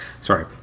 Sorry